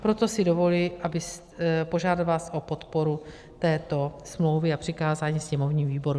Proto si dovoluji požádat vás o podporu této smlouvy a přikázání sněmovním výborům.